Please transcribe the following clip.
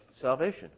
salvation